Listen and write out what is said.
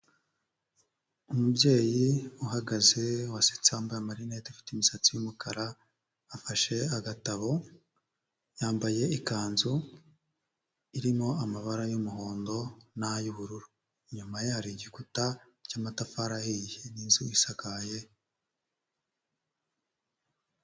Umubyeyi uhagaze wasetse wambaye amarinete afite imisatsi y'umukara, afashe agatabo, yambaye ikanzu irimo amabara y'umuhondo n'ay'ubururu. Inyuma ye hari igikuta cy'amatafari ahiye n'inzu isakaye.